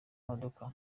modoka